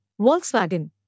Volkswagen